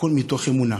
הכול מתוך אמונה,